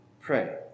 Pray